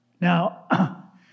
Now